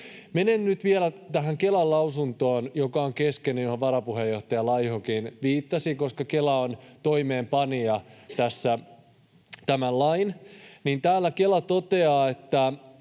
Menen nyt vielä tähän Kelan lausuntoon, joka on keskeinen — ja johon varapuheenjohtaja Laihokin viittasi — koska Kela on tässä tämän lain toimeenpanija. Täällä Kela toteaa: